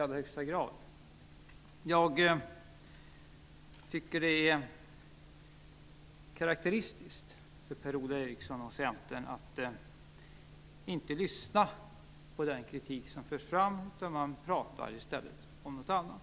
Jag tycker att det är karakteristiskt för Per-Ola Eriksson och Centern att inte lyssna på den kritik som förs fram, utan man pratar i stället om något annat.